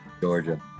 georgia